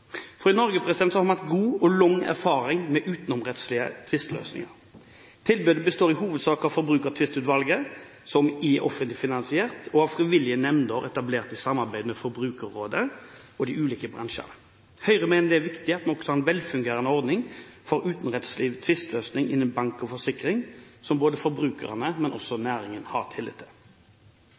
I Norge har man hatt god og lang erfaring med utenomrettslige tvisteløsninger. Tilbudet består i hovedsak av Forbrukertvistutvalget, som er offentlig finansiert, og av frivillige nemnder etablert i samarbeid med Forbrukerrådet og de ulike bransjene. Høyre mener det er viktig at vi også har en velfungerende ordning for utenomrettslige tvisteløsninger innen bank og forsikring som både forbrukerne og næringen har tillit til.